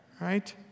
right